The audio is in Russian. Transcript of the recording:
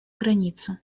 границу